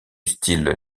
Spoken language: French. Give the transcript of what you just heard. style